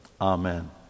Amen